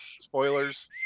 spoilers